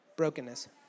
brokenness